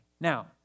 Now